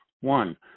One